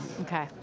Okay